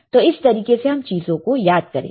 तो इस तरीके से हम चीजों को याद करेंगे